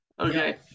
okay